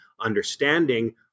understanding